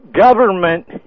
government